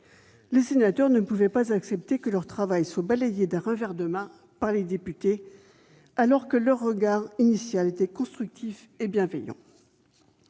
Les sénateurs ne pouvaient accepter que leur travail soit balayé d'un revers de main par les députés, alors que leur regard initial était constructif et bienveillant.